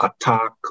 attack